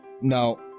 No